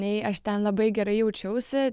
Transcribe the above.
nei aš ten labai gerai jaučiausi